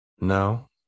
No